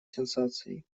сенсацией